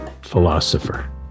philosopher